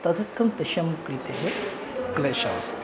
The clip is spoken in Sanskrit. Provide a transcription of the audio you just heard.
तदर्थं तेषां कृते क्लेशः अस्ति